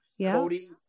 Cody